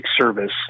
service